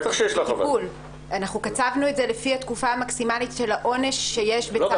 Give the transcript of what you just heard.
אנחנו קצבנו את זה לפי התקופה המקסימלית של העונש שיש לאותה עבירה.